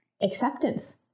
acceptance